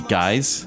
guys